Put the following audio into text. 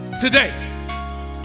Today